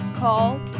call